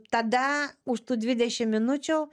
tada už tų dvidešimt minučių